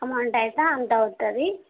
amount అయితే అంత అవుతుంది